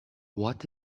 what